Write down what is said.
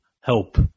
help